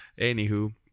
Anywho